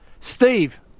Steve